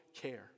care